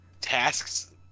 tasks